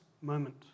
moment